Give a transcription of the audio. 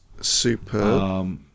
Super